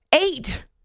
Eight